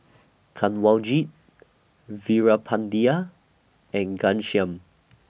Kanwaljit Veerapandiya and Ghanshyam